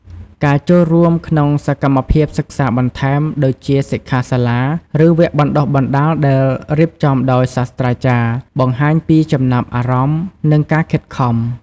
ការចូលរួមក្នុងសកម្មភាពសិក្សាបន្ថែម ដូចជាសិក្ខាសាលា ឬវគ្គបណ្តុះបណ្តាលដែលរៀបចំដោយសាស្រ្តាចារ្យ បង្ហាញពីចំណាប់អារម្មណ៍ និងការខិតខំ។